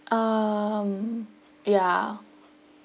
um yeah